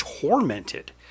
tormented